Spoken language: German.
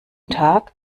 tag